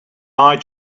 eye